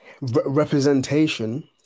representation